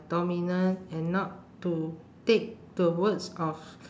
dominant and not to take the words of